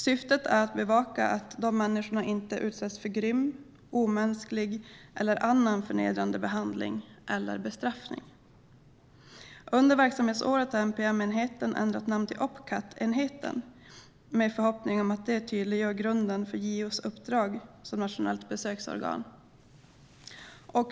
Syftet är att bevaka att dessa människor inte utsätts för grym, omänsklig eller annan förnedrande behandling eller bestraffning. Under verksamhetsåret har NPM-enheten ändrat namn till Opcat-enheten med förhoppning om att det tydliggör grunden för JO:s uppdrag som nationellt besöksorgan.